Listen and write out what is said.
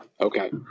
Okay